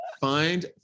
find